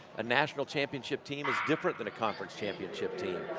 a national championship team is different than a conference championship team.